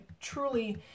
truly